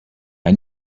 bei